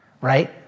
Right